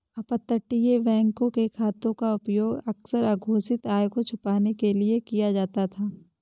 अपतटीय बैंकों के खातों का उपयोग अक्सर अघोषित आय को छिपाने के लिए किया जाता था